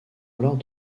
alors